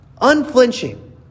unflinching